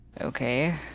Okay